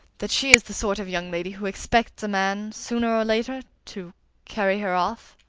that she is the sort of young lady who expects a man, sooner or later, to carry her off?